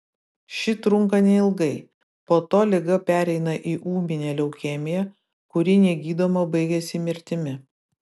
ši trunka neilgai po to liga pereina į ūminę leukemiją kuri negydoma baigiasi mirtimi